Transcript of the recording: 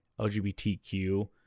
LGBTQ